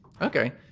Okay